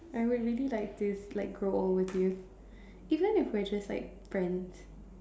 I would really like to like grow old with you even if we are just like friends